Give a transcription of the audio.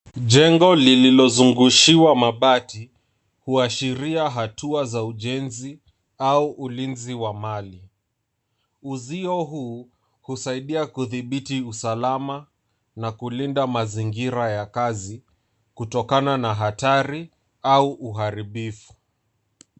Jengo lililozungushiwa mabati huashiria hatua za ujenzi au ulinzi wa mali. Uzio huu husaidia kudhibiti usalama na kulinda mazingira ya kazi kutokana ana hatari au uharibufu.